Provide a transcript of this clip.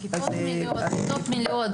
כיתות מלאות,